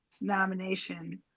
nomination